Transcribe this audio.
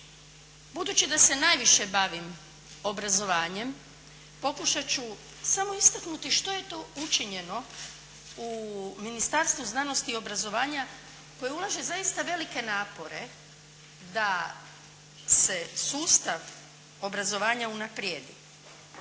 Budući da se najviše bavim obrazovanjem, pokušati ću samo istaknuti što je to učinjeno u Ministarstvu znanosti i obrazovanja koje ulaže zaista velike napore da se sustav obrazovanja unaprijedi.